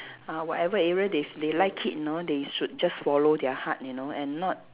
uh whatever area they they like it you know they should just follow their heart you know and not